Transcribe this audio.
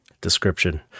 description